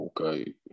Okay